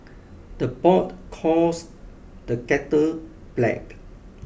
the pot calls the kettle black